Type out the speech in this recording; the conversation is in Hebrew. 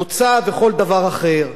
מוצא וכל דבר אחר.